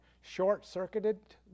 short-circuited